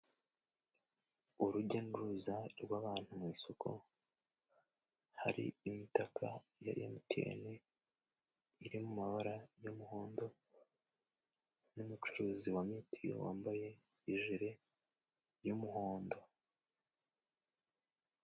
Urujya n'uruza rw'abantu mu isoko hari imitaka ya emutiyene iri mu mabara y'umuhondo, n'umucuruzi wa mitiyu wambaye ijire y'umuhondo.